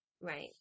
Right